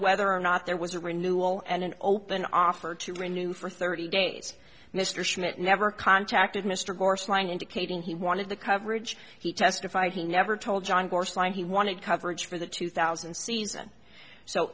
whether or not there was a renewal and an open offer to renew for thirty days mr schmidt never contacted mr gorst line indicating he wanted the coverage he testified he never told john course line he wanted coverage for the two thousand season so